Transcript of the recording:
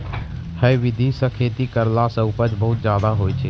है विधि सॅ खेती करला सॅ उपज बहुत ज्यादा होय छै